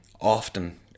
often